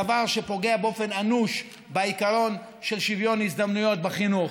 דבר שפוגע באופן אנוש בעיקרון של שוויון הזדמנויות בחינוך.